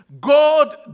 God